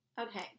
Okay